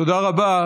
תודה רבה.